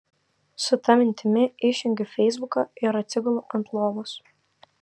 su ta mintimi išjungiu feisbuką ir atsigulu ant lovos